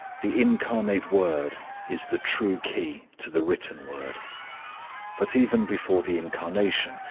the incarnate word is the true key to the written word but even before the incarnation,